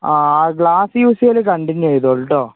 ആ glass use ചെയ്യൽ continue ചെയ്തോളൂ കേട്ടോ